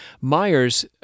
Myers